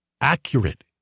accurate